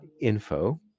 info